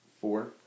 Four